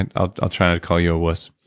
and i'll i'll try and to call you a wuss,